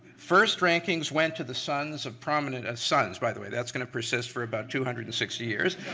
first rankings went to the sons of prominent, as sons, by the way, that's going to persist for about two hundred and six years.